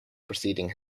preceding